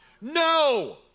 No